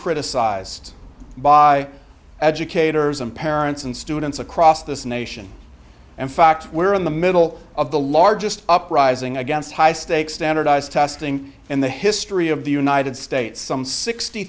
criticized by educators and parents and students across the snow nation and fact we're in the middle of the largest uprising against high stakes standardized testing in the history of the united states some sixty